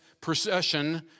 procession